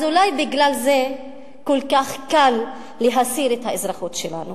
אז אולי בגלל זה כל כך קל להסיר את האזרחות שלנו.